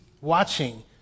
watching